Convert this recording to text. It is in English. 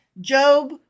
Job